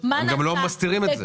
הם גם לא מסתירים את זה.